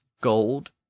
gold